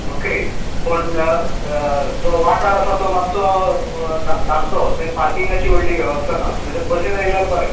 okay पण जो वांठार आसा तो मात्सो धांकटो थंय पार्किंगाची व्हडली वेवस्था ना सो ह्यें बसीन आयल्यार बरें